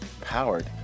powered